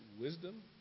wisdom